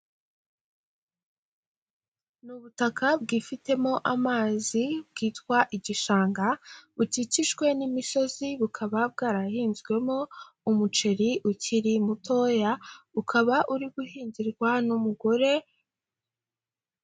Ni ubutaka bwifitemo amazi bwitwa igishanga, bukikijwe n'imisozi bukaba bwarahinzwemo umuceri ukiri mutoya, ukaba uri guhingirwa n'umugore.